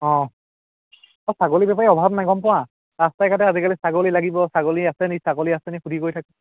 অঁ অঁ ছাগলী বেপাৰীৰ অভাৱ নাই গম পোৱা ৰাস্তাই ঘাটে আজিকালি ছাগলী লাগিব ছাগলী আছে নেকি ছাগলী আছে নেকি সুধি কৰি থাকে